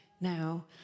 now